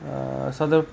ಹೊಸದು